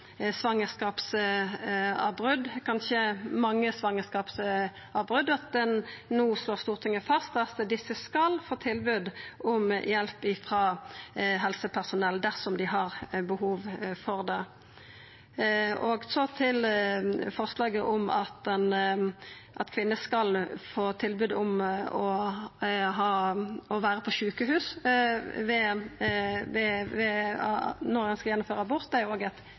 kanskje mange svangerskapsavbrot – og no slår Stortinget fast at desse skal få tilbod om hjelp frå helsepersonell dersom dei har behov for det. Forslaget om at kvinner skal få tilbod om å vera på sjukehus når dei skal gjennomføra ein abort, er òg eit